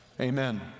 amen